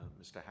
Mr